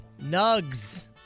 Nugs